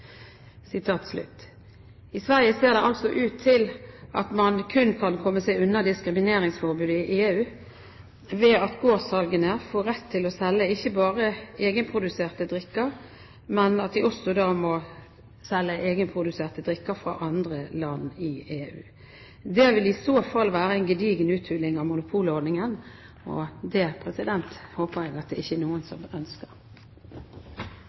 I Sverige ser det altså ut til man kun kan komme seg unna diskrimineringsforbudet i EU ved at gårdssalgene får rett til å selge egenproduserte drikker, men at de da også må selge egenproduserte drikker fra andre land i EU. Det vil i så fall være en gedigen uthuling av monopolordningen, og det håper jeg det ikke er noen som ønsker.